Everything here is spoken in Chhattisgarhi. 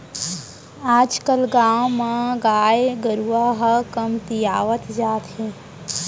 आज कल गाँव मन म गाय गरूवा ह कमतियावत जात हे